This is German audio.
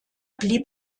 blieb